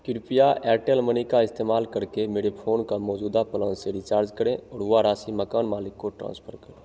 कृपया Airtel money का इस्तेमाल करके मेरे फ़ोन का मौजूदा प्लान से रिचार्ज करें और वही राशि मकान मालिक को ट्रांसफ़र करें